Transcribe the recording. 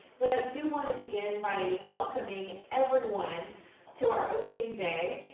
but i do wanna begin by welcoming everyone to our opening day,